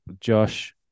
Josh